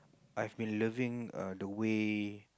I've been loving err the way